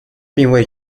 并未